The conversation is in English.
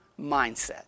mindset